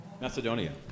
Macedonia